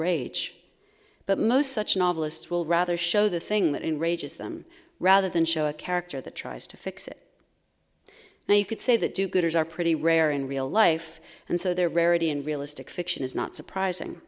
rage but most such novelists will rather show the thing that enrages them rather than show a character that tries to fix it now you could say that do gooders are pretty rare in real life and so they're rarity in realistic fiction is not surprising